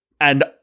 and-